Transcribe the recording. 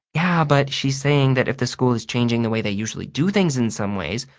yeah, but she's saying that if the school is changing the way they usually do things in some ways,